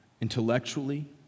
intellectually